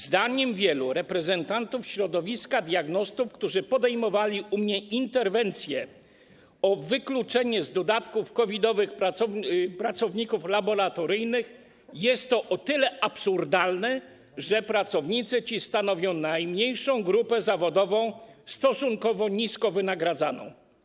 Zdaniem wielu reprezentantów środowiska diagnostów, którzy podejmowali u mnie interwencję o wykluczenie z dodatków COVID-owych pracowników laboratoryjnych, jest to o tyle absurdalne, że pracownicy ci stanowią najmniejszą grupę zawodową, stosunkowo nisko wynagradzaną.